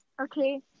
okay